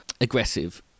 aggressive